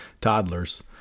toddlers